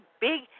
big